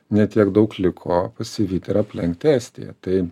ne tiek daug liko pasivyti ir aplenkti estiją tai